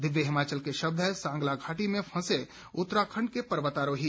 दिव्य हिमाचल के शब्द हैं सांगला घाटी में फंसे उत्तराखंड के पर्वतारोही